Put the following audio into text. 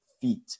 feet